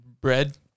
Bread